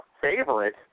favorite